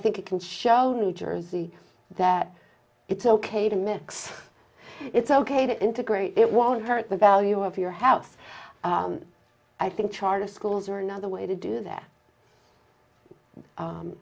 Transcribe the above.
think it can show new jersey that it's ok to mix it's ok to integrate it won't hurt the value of your house i think charter schools are another way to do that